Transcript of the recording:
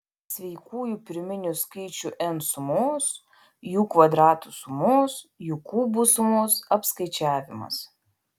sveikųjų pirminių skaičių n sumos jų kvadratų sumos jų kubų sumos apskaičiavimas